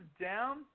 down